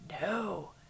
no